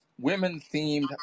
women-themed